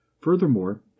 Furthermore